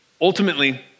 ultimately